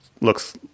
looks